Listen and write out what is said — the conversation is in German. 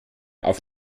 auf